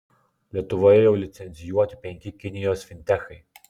lietuvoje jau licencijuoti penki kinijos fintechai